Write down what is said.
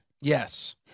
Yes